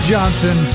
Johnson